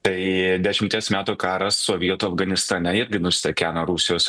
tai dešimties metų karas sovietų afganistane irgi nustekeno rusijos